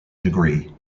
degree